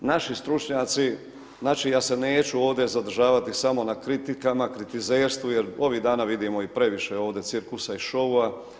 Naši stručnjaci, znači, ja se neću ovdje zadržavati samo na kritikama, kritizerstvu jer ovih dana vidimo i previše ovdje cirkusa i šoua.